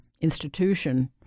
institution